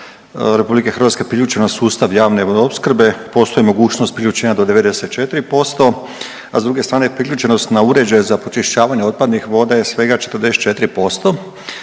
trenutno 86% RH priključeno na sustav javne vodoopskrbe, postoji mogućnost priključenja do 94%, a s druge strane, priključenost na uređaje za pročišćavanje otpadnih voda je svega 44%,